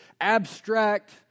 abstract